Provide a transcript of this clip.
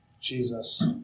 Jesus